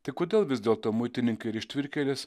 tai kodėl vis dėlto muitininkai ir ištvirkėlės